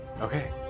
Okay